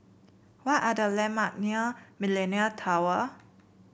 what are the landmark near Millenia Tower